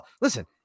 Listen